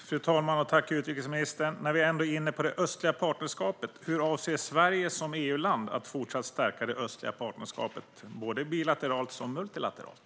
Fru talman! Tack, utrikesministern! När vi ännu är inne på det östliga partnerskapet, hur avser Sverige som EU-land att fortsatt stärka det östliga partnerskapet, såväl bilateralt som multilateralt?